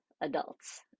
adults